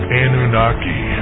Anunnaki